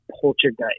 Poltergeist